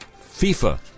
FIFA